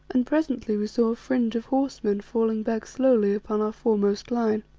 and presently we saw a fringe of horsemen falling back slowly upon our foremost line.